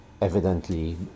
evidently